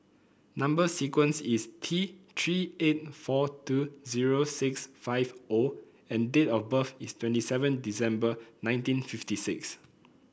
number sequence is T Three eight four two zero six five O and date of birth is twenty seven December nineteen fifty six